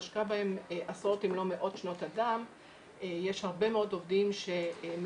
הושקעו בהן עשרות אם לא מאות שנות -- -יש הרבה מאוד עובדים שמשפרים,